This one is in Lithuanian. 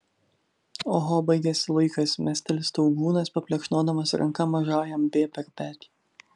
oho baigėsi laikas mesteli staugūnas paplekšnodamas ranka mažajam b per petį